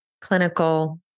clinical